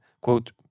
quote